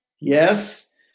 Yes